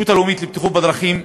הרשות הלאומית לבטיחות בדרכים,